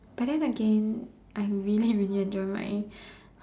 but then again I really really enjoy my